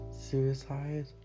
suicide